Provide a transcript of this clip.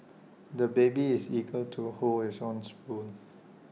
the baby is eager to hold his own spoon